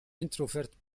introvert